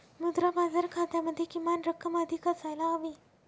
मुद्रा बाजार खात्यामध्ये किमान रक्कम अधिक असायला हवी